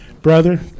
Brother